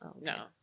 No